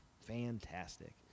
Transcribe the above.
fantastic